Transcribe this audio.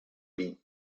beat